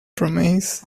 promises